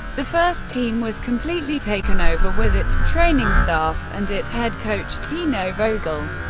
the first team was completely taken over, with its training staff and its head coach tino vogel,